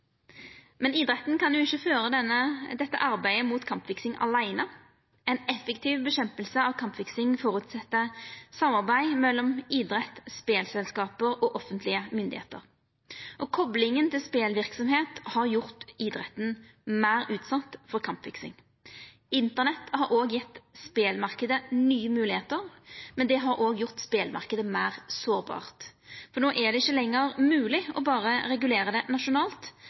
jo ikkje føra dette arbeidet mot kampfiksing aleine. Ei effektiv nedkjemping av kampfiksing føreset samarbeid mellom idrett, spelselskap og offentlege myndigheiter. Koplinga til spelverksemd har gjort idretten meir utsett for kampfiksing. Internett har òg gjeve spelmarknaden nye moglegheiter, men det har òg gjort spelmarknaden meir sårbar, for no er det ikkje lenger mogleg berre å regulera det nasjonalt,